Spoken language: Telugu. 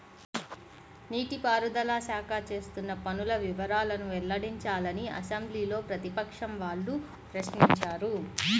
నీటి పారుదల శాఖ చేస్తున్న పనుల వివరాలను వెల్లడించాలని అసెంబ్లీలో ప్రతిపక్షం వాళ్ళు ప్రశ్నించారు